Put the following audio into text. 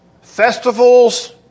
festivals